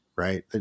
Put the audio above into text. right